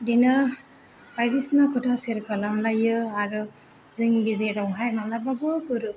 बिदिनो बायदिसिना खोथा चेयार खालामलायो आरो जोंनि गेजेरावहाय मालाबाबो गोरोब